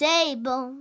Table